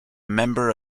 member